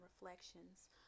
reflections